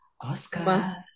Oscar